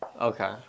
Okay